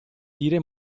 dire